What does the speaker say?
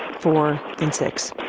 four, then six,